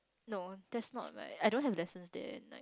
no that's not like I don't have lessons there like